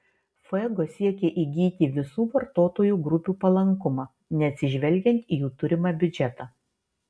fuego siekė įgyti visų vartotojų grupių palankumą neatsižvelgiant į jų turimą biudžetą